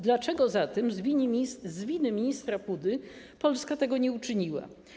Dlaczego zatem z winy ministra Pudy Polska tego nie uczyniła?